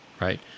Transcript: right